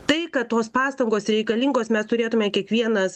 tai kad tos pastangos reikalingos mes turėtume kiekvienas